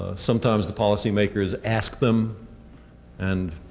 sometimes the policymakers ask them and